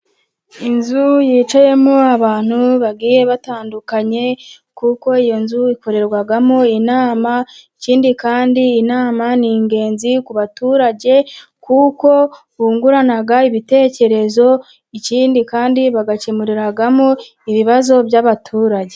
Inzu yicayemo abantu bagiye batandukanye, kuko iyo nzu ikorerwamo inama, ikindi kandi inama ni ingenzi ku baturage, kuko bungurana ibitekerezo, ikindi kandi bagakemuriramo ibibazo by'abaturage.